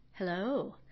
Hello